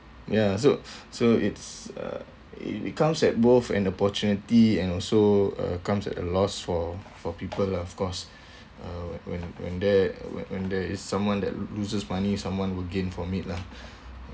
ya so so it's uh it becomes at both an opportunity and also uh comes at a loss for for people lah of course uh when when there when there is someone that loses money someone will gain from it lah